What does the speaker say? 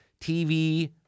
TV